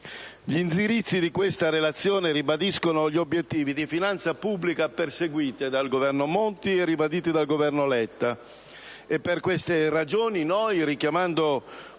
Gli indirizzi di questa Relazione ribadiscono gli obiettivi di finanza pubblica perseguiti dal Governo Monti e ribaditi dal Governo Letta. Per queste ragioni noi, richiamando qui integralmente